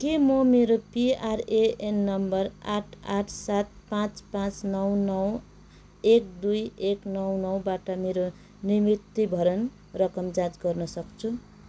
के म मेरो पिआरएएन नम्बर आठ आठ सात पाँच पाँच नौ नौ एक दुई एक नौ नौबाट मेरो निवृत्तिभरण रकम जाँच गर्न सक्छु